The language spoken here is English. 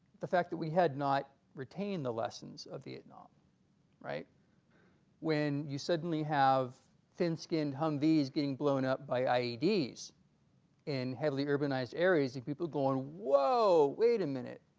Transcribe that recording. the fact that we had not retained the lessons of vietnam right when you suddenly have thin-skinned humvees getting blown up by ieds in heavily urbanized areas these people go on whoa wait a minute